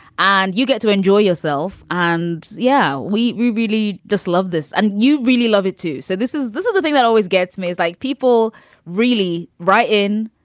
and you get to enjoy yourself. and yeah, we really just love this and you really love it, too. so this is this is the thing that always gets me is like people really write in,